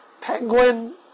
Penguin